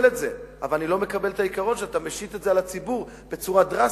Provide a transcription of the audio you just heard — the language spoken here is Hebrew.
אבל אני לא מקבל את העיקרון שאתה משית את זה על הציבור בצורה דרסטית,